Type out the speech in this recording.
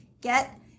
get